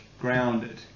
grounded